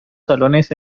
salones